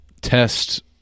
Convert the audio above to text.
test